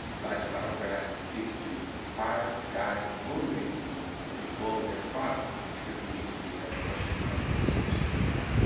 lifestyle brands seeks to to inspire, guide, and motivate people with the goal of their products contributing to the definition of the consumers way alive.